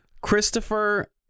Christopher